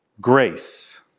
grace